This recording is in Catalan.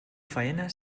faena